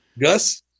Gus